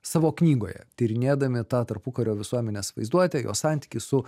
savo knygoje tyrinėdami tą tarpukario visuomenės vaizduotę jos santykį su